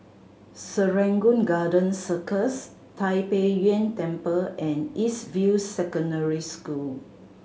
Serangoon Garden Circus Tai Pei Yuen Temple and East View Secondary School